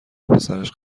پسرش